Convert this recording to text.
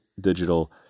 digital